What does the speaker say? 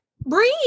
breathe